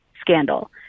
scandal